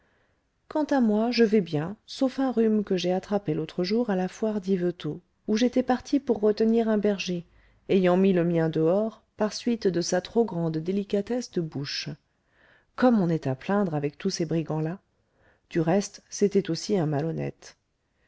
quant à moi je vais bien sauf un rhume que j'ai attrapé l'autre jour à la foire d'yvetot où j'étais parti pour retenir un berger ayant mis le mien dehors par suite de sa trop grande délicatesse de bouche comme on est à plaindre avec tous ces brigands là du reste c'était aussi un malhonnête